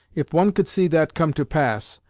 if one could see that come to pass,